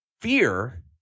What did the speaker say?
fear